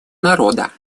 народа